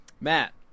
Matt